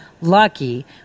lucky